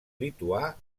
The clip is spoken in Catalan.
lituà